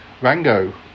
Rango